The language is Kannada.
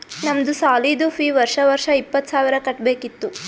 ನಮ್ದು ಸಾಲಿದು ಫೀ ವರ್ಷಾ ವರ್ಷಾ ಇಪ್ಪತ್ತ ಸಾವಿರ್ ಕಟ್ಬೇಕ ಇತ್ತು